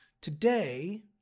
Today